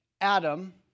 Adam